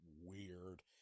weird